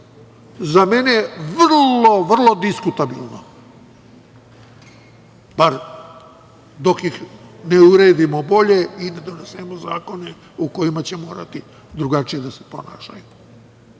za mene vrlo, vrlo diskutabilno, bar dok ih ne uredimo bolje i ne donesemo zakone u kojima će morati drugačije da se ponašaju.